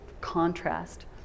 contrast